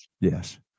Yes